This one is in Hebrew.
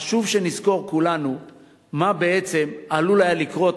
חשוב שנזכור כולנו מה עלול היה לקרות